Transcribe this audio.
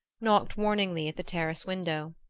knocked warningly at the terrace window.